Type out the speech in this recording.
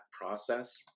process